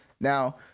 Now